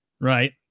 right